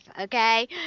Okay